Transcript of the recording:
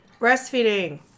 Breastfeeding